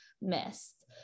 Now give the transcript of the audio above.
missed